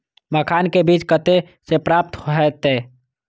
मखान के बीज कते से प्राप्त हैते?